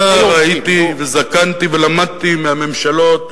נער הייתי וזקנתי ולמדתי מהממשלות,